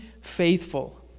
faithful